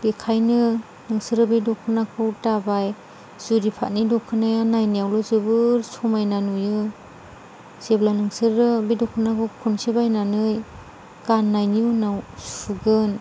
बेखायनो नोंसोरो बे दख'नाखौ दाबाय जुरि पातनि दख'नाया नायनायावल' जोबोर समायना नुयो जेब्ला नोंसोरो बे दख'नाखौ खेनसे बायनानै गाननायनि उनाव सुगोन